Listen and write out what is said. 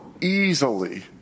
easily